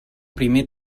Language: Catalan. primer